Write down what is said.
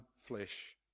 flesh